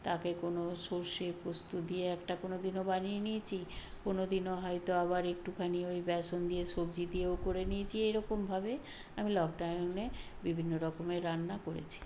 তাকে কোনো সর্ষে পোস্ত দিয়ে একটা কোনোদিনও বানিয়ে নিয়েছি কোনোদিনও হয়তো আবার একটুখানি ওই বেসন দিয়ে সবজি দিয়েও করে নিয়েছি এইরকমভাবে আমি লকডাউনে বিভিন্ন রকমের রান্না করেছি